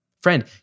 Friend